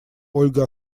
ольга